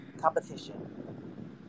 competition